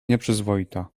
nieprzyzwoita